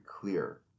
clear